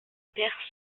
père